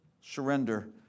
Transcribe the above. surrender